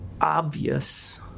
obvious